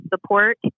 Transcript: support